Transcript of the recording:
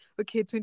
okay